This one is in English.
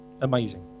Amazing